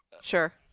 Sure